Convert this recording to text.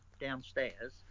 downstairs